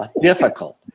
difficult